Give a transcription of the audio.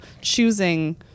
choosing